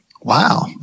Wow